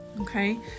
Okay